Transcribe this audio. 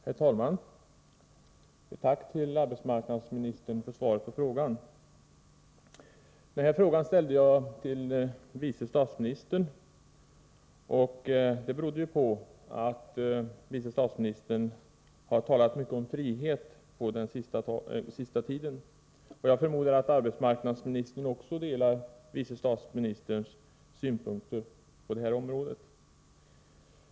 Herr talman! Jag framför ett tack till arbetsmarknadsministern för svaret på frågan. Jag ställde min fråga till vice statsministern. Det berodde på att han på den senaste tiden har talat mycket om frihet. Jag förmodar att arbetsmarknadsministern delar vice statsministerns synpunkter på detta område.